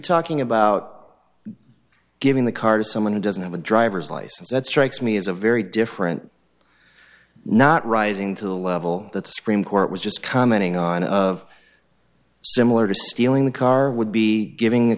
talking about giving the car to someone who doesn't have a driver's license that strikes me as a very different not rising to the level that scream court was just commenting on of similar to stealing the car would be giving